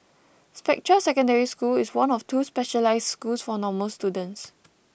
Spectra Secondary School is one of two specialised schools for normal students